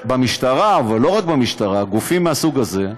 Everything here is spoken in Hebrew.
במשטרה, אבל לא רק במשטרה, גופים מהסוג הזה,